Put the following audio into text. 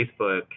Facebook